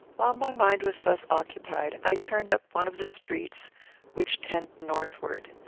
while my mind was thus occupied, i turned up one of the streets which tend northward.